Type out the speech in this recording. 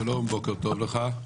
שלום, בוקר טוב לך.